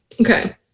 Okay